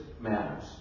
matters